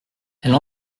elle